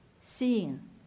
seeing